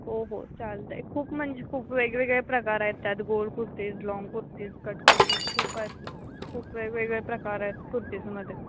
हो हो चालत आहे खूप म्हणजे खूप वेगवेगळे प्रकार आहेत त्यात गोल कुर्तीज लाँग कुर्तीज कट कुर्तीज खूप आहेत खूप वेगवेगळे प्रकार आहेत कुर्तीजमध्ये